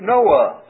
Noah